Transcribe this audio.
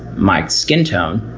my skin tone,